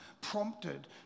Prompted